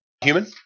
Human